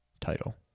title